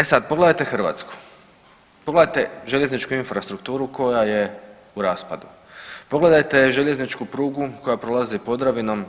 E sad, pogledajte Hrvatsku, pogledajte željezničku infrastrukturu koja je u raspadu, pogledajte željezničku prugu koja prolazi Podravinom